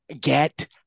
Get